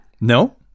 No